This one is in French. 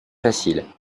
facile